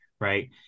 right